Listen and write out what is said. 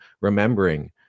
remembering